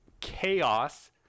chaos